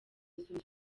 zunze